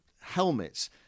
helmets